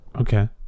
Okay